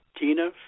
Tina